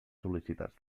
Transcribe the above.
sol·licitats